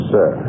Sir